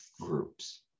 groups